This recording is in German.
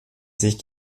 sich